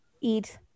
eat